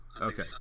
Okay